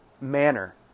manner